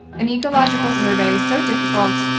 an ecological survey so difficult,